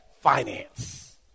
finance